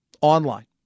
Online